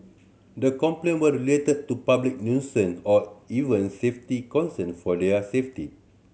the complaint were related to public nuisance or even safety concern for their safety